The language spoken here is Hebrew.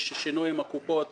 יש שינוי עם הקופות